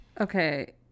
Okay